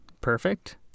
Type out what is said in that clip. Perfect